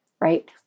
right